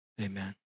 Amen